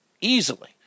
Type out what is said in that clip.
easily